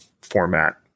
format